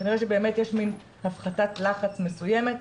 כנראה שבאמת יש מן הפחתת לחץ מסוימת,